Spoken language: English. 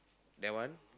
then one